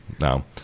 no